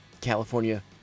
California